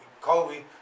Kobe